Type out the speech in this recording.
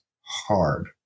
hard